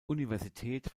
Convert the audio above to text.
universität